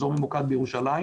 אזור ממוקד בירושלים